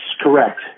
Correct